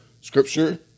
Scripture